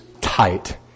tight